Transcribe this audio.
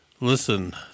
listen